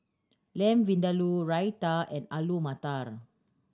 Lamb Vindaloo Raita and Alu Matar